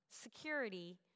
security